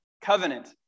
Covenant